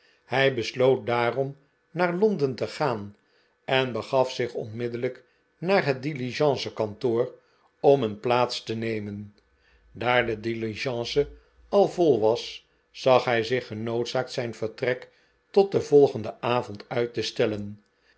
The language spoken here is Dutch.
hij besloot daarom naar londen te gaan en begaf zich onmiddellijk naar het diligencekantoor om een plaats te nemen daar de diligence al vol was zag hij zich genoodzaakt zijn vertrek tot den volgenden avond uit te stellen